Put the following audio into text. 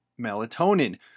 melatonin